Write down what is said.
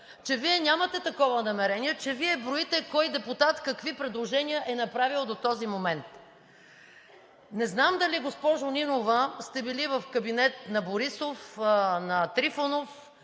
че Вие нямате такова намерение, че Вие броите кой депутат какви предложения е направил до този момент. Не знам дали, госпожо Нинова, сте били в кабинет на Борисов, на Трифонов,